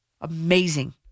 Amazing